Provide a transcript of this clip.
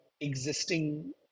existing